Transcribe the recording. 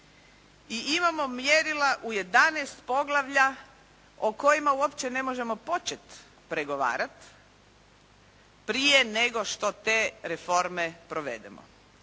I imamo mjerila u 11 poglavlja o kojima uopće ne možemo početi pregovarati prije nego što te reforme provedemo.